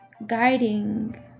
guiding